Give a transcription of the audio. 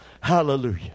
Hallelujah